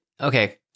okay